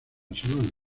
semana